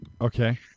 Okay